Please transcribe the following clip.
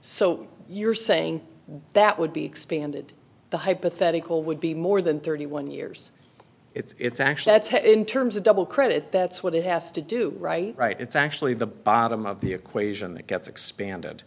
so you're saying that would be expanded the hypothetical would be more than thirty one years it's actually in terms of double credit that's what it has to do right right it's actually the bottom of the equation that gets expanded